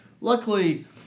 Luckily